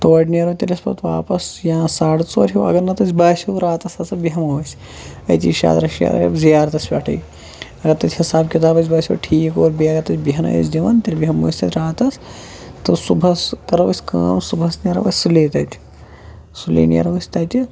توڑٕ نیرو تیٚلہِ أسۍ پَتہٕ واپَس یا ساڑٕ ژور ہیٚو اگر نَتہٕ اسہِ باسیٚو راتَس ہَسا بہمو أسۍ أتی چھ شادرا شریٖف زیارتَس پیٚٹھے اگر اسہِ حِساب کِتاب تتہ باسیٚو ٹھیٖک اور بیٚیہِ اگر تتہِ بٔہنہٕ ٲسۍ دِوان تیٚلہِ بہمو أسۍ تتہِ راتَس تہٕ صُبحَس کرو أسۍ کٲم صُبحَس نیرو أسۍ سُلے تتہِ سُلے نیرو أسۍ تتہِ